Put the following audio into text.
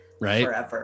Right